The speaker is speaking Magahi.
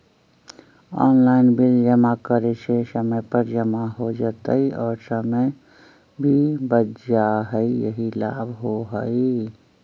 ऑनलाइन बिल जमा करे से समय पर जमा हो जतई और समय भी बच जाहई यही लाभ होहई?